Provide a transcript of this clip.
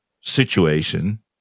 situation